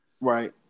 Right